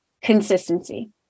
consistency